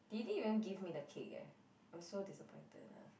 they didn't even give me the cake eh I'm so disappointed lah